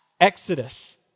Exodus